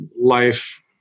life